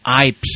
IP